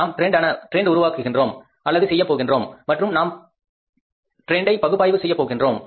நாம் ட்ரெண்ட் உருவாக்குகின்றோம் அல்லது செய்யப் போகின்றோம் மற்றும் நாம் போக்கை பகுப்பாய்வு செய்யப் போகின்றோம்